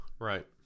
Right